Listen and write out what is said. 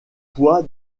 poids